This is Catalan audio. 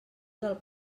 del